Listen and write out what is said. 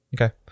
okay